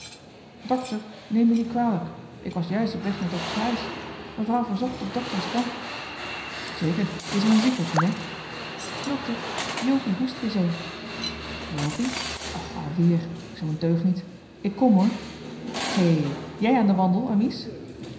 dokter neem u nie kwalek k was juis op weg naar dokters huis mevrouw verzocht of dokter es kwam zeker maar is er en zieke dina dokter jopie hoest weer zoo jopie och alweer zoo'n deugniet ik kom hoor hé amice aan de wandel en